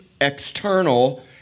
external